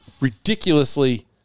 ridiculously